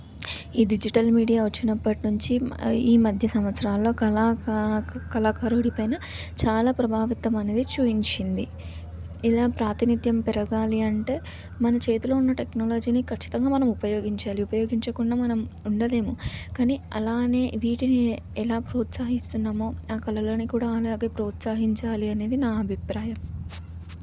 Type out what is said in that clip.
ఈ digital media వచ్చినప్పటి నుంచి ఈ మధ్య సంవత్సరాల్లో కళ కళాకారుడి పైన చాలా ప్రభావితం అనేది చూయించింది ఇలా ప్రాతినిధ్యం పెరగాలి అంటే మన చేతిలో ఉన్న టెక్నాలజీని ఖచ్చితంగా మనం ఉపయోగించాలి ఉపయోగించకుండా మనం ఉండలేము కానీ అలానే వీటిని ఎలా ప్రోత్సహిస్తున్నామో ఆ కళలని కూడా అలాగే ప్రోత్సహించాలి అనేది నా అభిప్రాయం